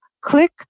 Click